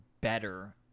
better